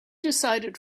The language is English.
decided